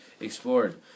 explored